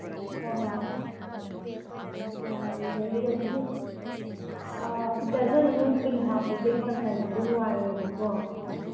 ꯍꯣꯏ ꯍꯣꯏ ꯍꯣꯏ ꯂꯦꯟꯖꯟꯒꯤꯗꯣ ꯑꯗꯨꯗꯤ ꯗꯔꯖꯟ ꯑꯃ ꯑꯣꯏꯅ ꯍꯥꯞꯄꯒꯦ ꯑꯗꯨ ꯇꯪꯈꯥꯏ ꯂꯕꯗꯤ ꯅꯨꯡꯉꯥꯏꯔꯣꯏꯕꯀꯣ